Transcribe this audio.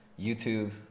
YouTube